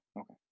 Okay